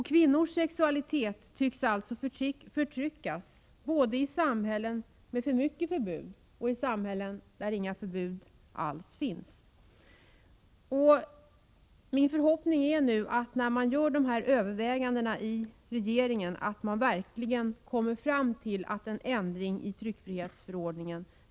Kvinnors sexualitet tycks alltså förtryckas både i samhällen med för mycket förbud och i samhällen där inga förbud alls finns. Min förhoppning är att regeringen vid sina överväganden verkligen kommer fram till att det behövs en ändring i tryckfrihetsförordningen.